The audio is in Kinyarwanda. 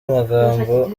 amagambo